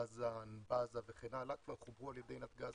בז"ן וכן הלאה כבר חוברו על ידי נתג"ז